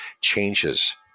changes